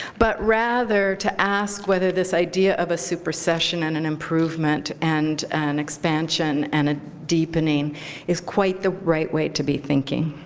but rather to ask whether this idea of a supercession and an improvement and an expansion and a deepening is quite the right way to be thinking.